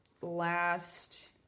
last